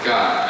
God